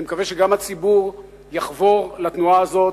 אני מקווה שגם הציבור יחבור לתנועה הזו,